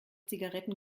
zigaretten